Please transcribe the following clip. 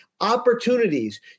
opportunities